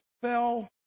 fell